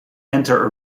enter